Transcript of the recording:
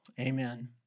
Amen